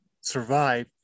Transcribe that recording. survive